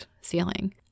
ceiling